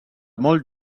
molt